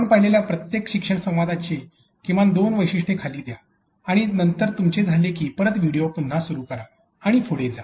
आपण पाहिलेल्या प्रत्येक शिक्षण संवादांची किमान दोन वैशिष्ट्ये खाली द्या आणि नंतर तुमचे झाले की परत व्हिडिओ पुन्हा सुरू करा आणि पुढे जा